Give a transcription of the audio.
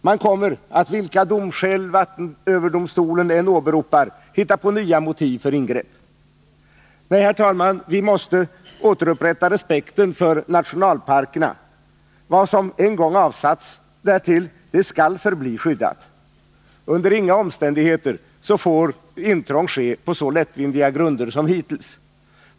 Man kommer att, vilka domskäl vattenöverdomstolen än åberopar, hitta på nya motiv för ingrepp. Nej, herr talman, vi måste återupprätta respekten för nationalparkerna. Vad som en gång avsatts därtill skall förbli skyddat. Under inga omständigheter får intrång ske på så lättvindiga grunder som hittills.